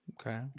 Okay